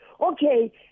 Okay